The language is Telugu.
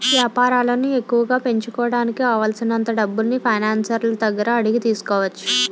వేపారాలను ఎక్కువగా పెంచుకోడానికి కావాలిసినంత డబ్బుల్ని ఫైనాన్సర్ల దగ్గర అడిగి తీసుకోవచ్చు